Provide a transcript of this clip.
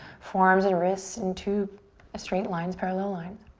forearms and wrists in two straight lines, parallel lines.